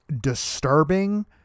disturbing